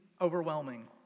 overwhelming